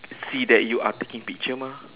see that you are taking picture mah